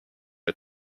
are